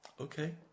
Okay